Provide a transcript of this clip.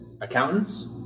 accountants